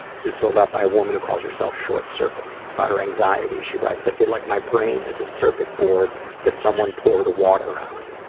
this was filled out by a woman who calls herself short circuit. about her anxiety, she writes, i feel like my brain is a circuit board that someone poured water on.